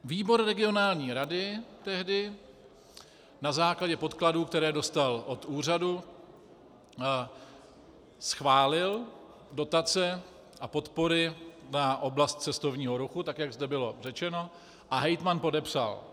Výbor regionální rady tehdy na základě podkladů, které dostal od úřadu, schválil dotace a podpory na oblast cestovního ruchu, tak jak zde bylo řečeno, a hejtman podepsal.